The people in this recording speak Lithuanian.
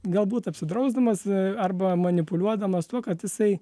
galbūt apsidrausdamas arba manipuliuodamas tuo kad jisai